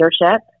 leadership